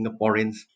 Singaporeans